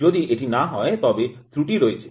যদি এটি না হয় তবে ত্রুটি রয়েছে